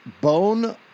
bone